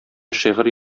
шигырь